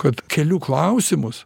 kad kelių klausimus